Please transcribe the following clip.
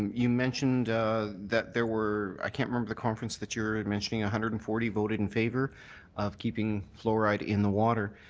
you mentioned that there were i can't remember the conference that you were and mentioning, one ah hundred and forty voted in favour of keeping fluoride in the water.